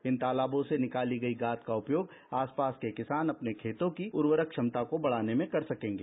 इन तालाबों से निकाली गई गाद का उपयोग आसपास के किसान अपने खेतों की उर्वरक क्षमता बढ़ाने में कर सकेंगे